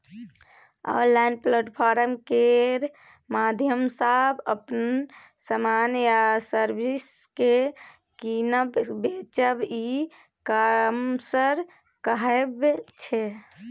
online platform केर माध्यमसँ अपन समान या सर्विस केँ कीनब बेचब ई कामर्स कहाबै छै